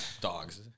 dogs